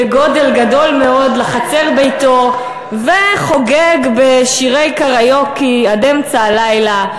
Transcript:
גדולים מאוד לחצר ביתו וחוגג בשירי קריוקי עד אמצע הלילה.